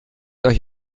euch